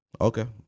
Okay